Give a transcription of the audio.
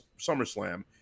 SummerSlam